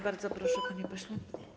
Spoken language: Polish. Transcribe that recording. Bardzo proszę, panie pośle.